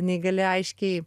nei gali aiškiai